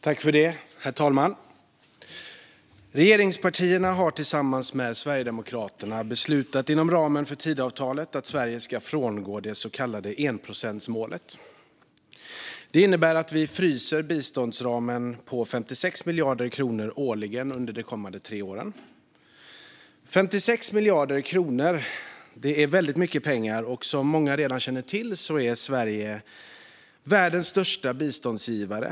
Herr talman! Regeringspartierna har tillsammans med Sverigedemokraterna inom ramen för Tidöavtalet beslutat att Sverige ska frångå det så kallade enprocentsmålet. Det innebär att vi fryser biståndsramen på 56 miljarder kronor årligen under de kommande tre åren. 56 miljarder kronor är väldigt mycket pengar, och som många redan känner till är Sverige världens största biståndsgivare.